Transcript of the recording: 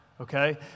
okay